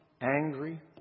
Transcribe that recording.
angry